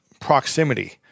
proximity